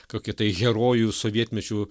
kokia tai herojų sovietmečiu